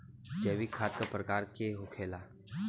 जैविक खाद का प्रकार के होखे ला?